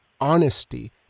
honesty